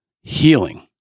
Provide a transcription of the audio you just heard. healing